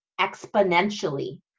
exponentially